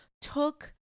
took